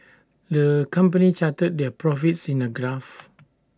the company charted their profits in A graph